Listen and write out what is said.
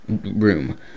room